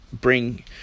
bring